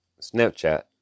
Snapchat